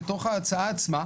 בתוך ההצעה עצמה,